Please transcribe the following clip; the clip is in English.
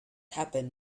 happen